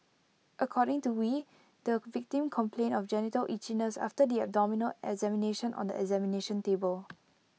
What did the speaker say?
according to wee the victim complained of genital itchiness after the abdominal examination on the examination table